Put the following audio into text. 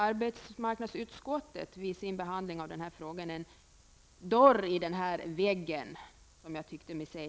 Arbetsmarknadsutskottet öppnade vid sin behandling av denna fråga en dörr i den vägg som jag tyckte mig se.